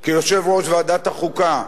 כיושב-ראש ועדת החוקה: